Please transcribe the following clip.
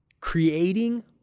creating